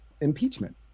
impeachment